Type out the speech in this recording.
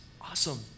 awesome